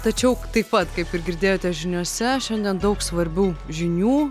tačiau taip pat kaip ir girdėjote žiniose šiandien daug svarbių žinių